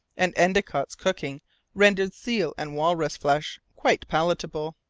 and endicott's cooking rendered seal and walrus flesh quite palatable.